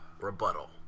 rebuttal